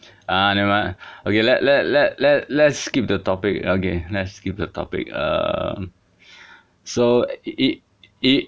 !aiya! nevermind lah okay let let let let let's skip the topic okay let's skip the topic err so it it